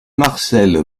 marcel